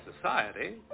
society